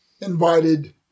invited